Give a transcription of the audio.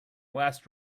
last